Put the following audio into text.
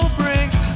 brings